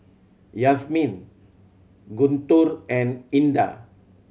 Yasmin Guntur and Indah